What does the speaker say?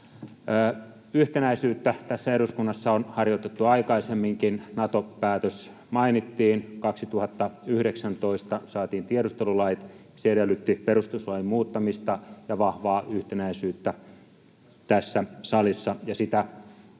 Yhtenäisyyttä tässä eduskunnassa on harjoitettu aikaisemminkin. Nato-päätös mainittiin. 2019 saatiin tiedustelulait. Se edellytti perustuslain muuttamista ja vahvaa yhtenäisyyttä tässä salissa,